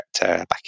back